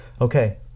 Okay